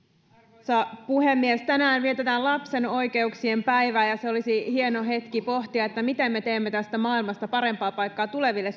arvoisa puhemies tänään vietetään lapsen oikeuksien päivää ja ja se olisi hieno hetki pohtia miten me teemme tästä maailmasta parempaa paikkaa tuleville